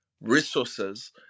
resources